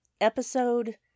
episode